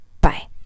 Bye